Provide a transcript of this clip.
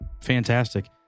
fantastic